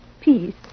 peace